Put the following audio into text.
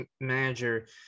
manager